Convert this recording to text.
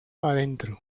adentro